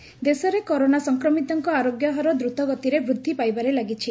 recovery rate ଦେଶରେ corona ସଂକ୍ରମିତଙ୍କ ଆରୋଗ୍ୟ ହାର ଦ୍ରତ ଗତିରେ ବୃଦ୍ଧି ପାଇବାରେ ଲାଗିଛି